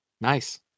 Nice